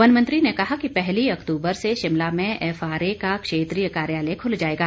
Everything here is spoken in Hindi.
वन मंत्री ने कहा कि पहली अक्टूबर से शिमला में एफएआर का क्षेत्रीय कार्यालय खुल जाएगा